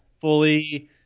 fully